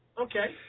Okay